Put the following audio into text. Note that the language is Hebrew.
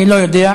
אני לא יודע,